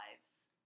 lives